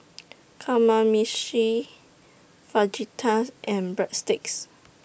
Kamameshi Fajitas and Breadsticks